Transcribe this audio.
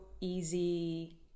easy